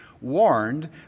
warned